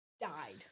died